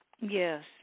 Yes